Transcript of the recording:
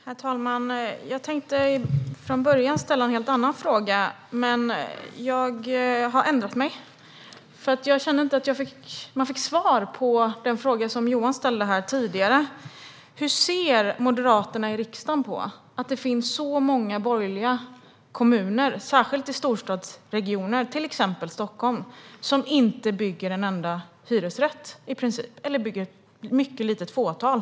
Herr talman! Jag tänkte från början ställa en helt annan fråga, men jag har ändrat mig, för jag kände inte att vi fick svar på en fråga som Johan ställde. Hur ser Moderaterna i riksdagen på att det finns så många borgerliga kommuner särskilt i storstadsregioner, till exempel Stockholm, som i princip inte bygger en enda hyresrätt eller ett litet fåtal?